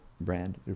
brand